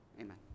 Amen